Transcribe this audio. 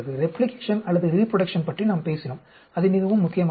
replication அல்லது reproduction பற்றி நாம் பேசினோம் அது மிகவும் முக்கியமானது